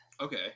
Okay